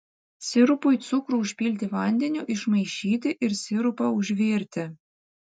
sirupui cukrų užpilti vandeniu išmaišyti ir sirupą užvirti